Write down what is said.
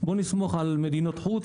הסתמכות על מדינות חוץ.